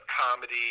comedy